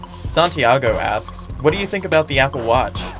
santiago asks, what do you think about the apple watch?